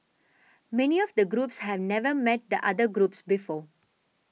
many of the groups have never met the other groups before